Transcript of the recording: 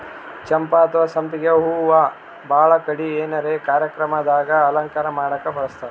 ಚಂಪಾ ಅಥವಾ ಸಂಪಿಗ್ ಹೂವಾ ಭಾಳ್ ಕಡಿ ಏನರೆ ಕಾರ್ಯಕ್ರಮ್ ದಾಗ್ ಅಲಂಕಾರ್ ಮಾಡಕ್ಕ್ ಬಳಸ್ತಾರ್